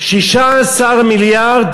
16 מיליארד